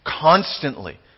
constantly